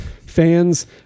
fans